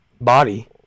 body